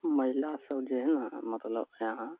महिला सब जे हइ ने मतलब यहाँ